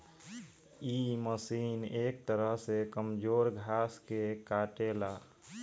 इ मशीन एक तरह से कमजोर घास के काटेला